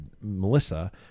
Melissa